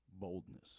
boldness